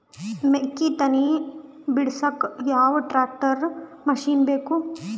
ಮೆಕ್ಕಿ ತನಿ ಬಿಡಸಕ್ ಯಾವ ಟ್ರ್ಯಾಕ್ಟರ್ ಮಶಿನ ಬೇಕು?